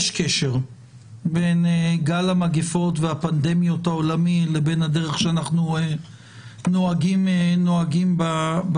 יש קשר בין גל המגפות והפנדמיות העולמי לבין הדרך שאנחנו נוהגים בסביבה.